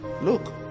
Look